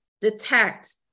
detect